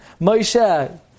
Moshe